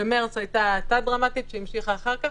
במרץ הייתה האטה דרמטית שהמשיכה אחר-כך.